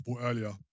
earlier